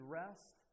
rest